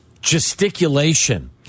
gesticulation